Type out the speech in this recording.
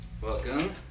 Welcome